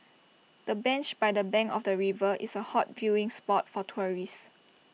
the bench by the bank of the river is A hot viewing spot for tourists